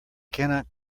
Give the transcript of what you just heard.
cannot